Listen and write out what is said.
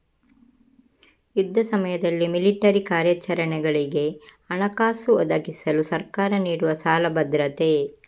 ಯುದ್ಧ ಸಮಯದಲ್ಲಿ ಮಿಲಿಟರಿ ಕಾರ್ಯಾಚರಣೆಗಳಿಗೆ ಹಣಕಾಸು ಒದಗಿಸಲು ಸರ್ಕಾರ ನೀಡುವ ಸಾಲ ಭದ್ರತೆ